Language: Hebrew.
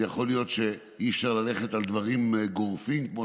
אז יכול להיות שאי-אפשר ללכת על דברים גורפים כמו